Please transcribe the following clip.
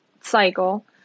cycle